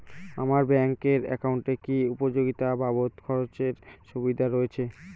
আমার ব্যাংক এর একাউন্টে কি উপযোগিতা বাবদ খরচের সুবিধা রয়েছে?